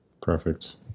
Perfect